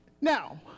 now